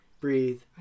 breathe